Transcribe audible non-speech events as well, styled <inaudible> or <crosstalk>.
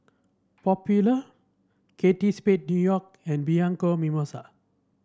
Popular <unintelligible> Spade New York and Bianco Mimosa